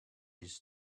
his